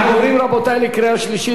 אנחנו עוברים לקריאה שלישית.